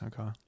Okay